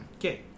Okay